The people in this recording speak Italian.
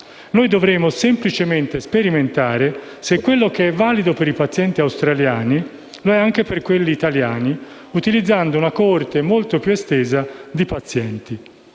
Noi dovremo semplicemente sperimentare se quello che è valido per i pazienti australiani lo è anche per quelli italiani, utilizzando una coorte molto più estesa di pazienti